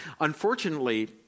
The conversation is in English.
Unfortunately